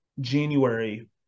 January –